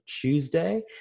Tuesday